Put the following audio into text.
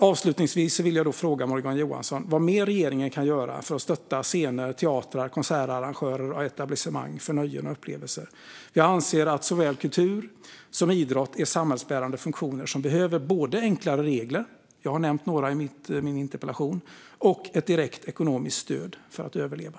Avslutningsvis vill jag därför fråga Morgan Johansson vad mer regeringen kan göra för att stötta scener, teatrar, konsertarrangörer och etablissemang för nöjen och upplevelser. Jag anser att såväl kultur som idrott är samhällsbärande funktioner som behöver både enklare regler - jag har nämnt några i min interpellation - och ett direkt ekonomiskt stöd för att överleva.